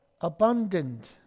abundant